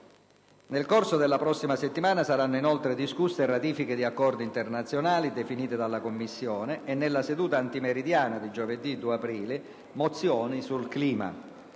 Nel corso della prossima settimana saranno inoltre discusse ratifiche di accordi internazionali definite dalla Commissione e, nella seduta antimeridiana di giovedì 2 aprile, mozioni sul clima.